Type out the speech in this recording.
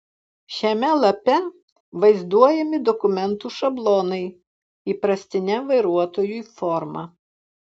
šiame lape vaizduojami dokumentų šablonai įprastine vartotojui forma